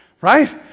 Right